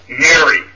Mary